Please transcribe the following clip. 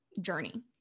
journey